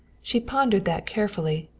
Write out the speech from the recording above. she pondered that carefully,